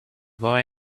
boy